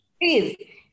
Please